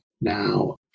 Now